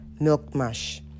Milkmash